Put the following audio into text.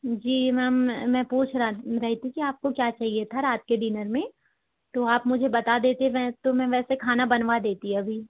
जी ma'am मैं पूछ रही थी कि आपको क्या चाहिए था रात के डिनर में तो आप मुझे बता देते तो मैं वैसे खाना बनवा देती है अभी